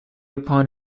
upon